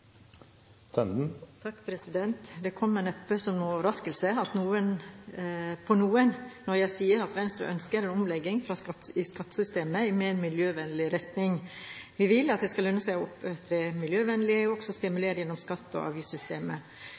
Det kommer neppe som en overraskelse på noen når jeg sier at Venstre ønsker en omlegging av skattesystemet i mer miljøvennlig retning. Vi vil at det skal lønne seg å opptre miljøvennlig, også stimulert gjennom skatte- og avgiftssystemet.